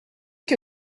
que